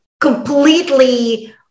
completely